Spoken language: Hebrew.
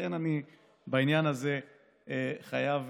לכן בעניין הזה אני חייב